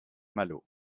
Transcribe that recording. malo